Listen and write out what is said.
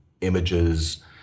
images